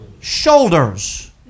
Shoulders